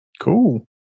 Cool